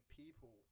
people